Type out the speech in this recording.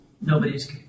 nobody's